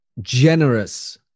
generous